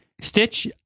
Stitch